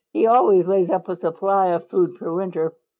he always lays up a supply of food for winter.